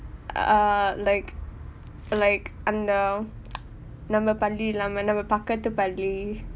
uh like like அந்த நம்ம பள்ளி இல்லாமலே நம்ம பக்கத்து பள்ளி:antha namma palli illaamae namma pakkathu palli